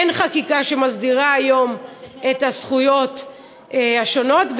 אין חקיקה שמסדירה היום את הזכויות השונות,